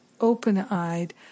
open-eyed